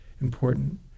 important